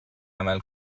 عمل